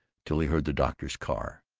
till he heard the doctor's car.